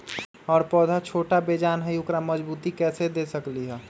हमर पौधा छोटा बेजान हई उकरा मजबूती कैसे दे सकली ह?